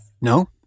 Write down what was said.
No